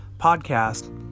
podcast